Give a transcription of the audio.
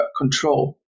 control